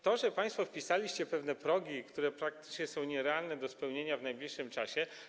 To, że państwo wpisaliście pewne progi, które praktycznie są nierealne do spełnienia w najbliższym czasie.